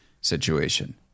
situation